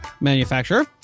manufacturer